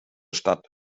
stadt